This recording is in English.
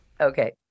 Okay